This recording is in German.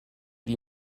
die